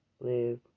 live